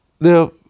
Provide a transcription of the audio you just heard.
Now